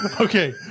Okay